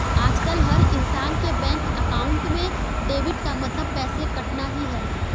आजकल हर इन्सान के बैंक अकाउंट में डेबिट का मतलब पैसे कटना ही है